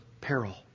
peril